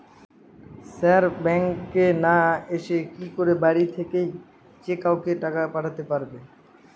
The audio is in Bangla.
স্যার ব্যাঙ্কে না এসে কি করে বাড়ি থেকেই যে কাউকে টাকা পাঠাতে পারবো?